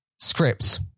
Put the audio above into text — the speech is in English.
scripts